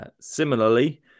Similarly